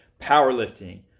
powerlifting